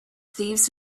thieves